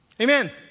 Amen